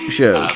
show